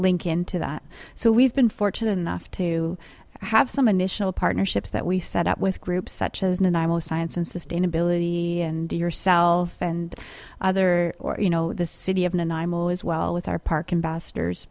link into that so we've been fortunate enough to have some initial partnerships that we set up with groups such as and i will science and sustainability and do yourself and other or you know the city of and imo as well with our park and basters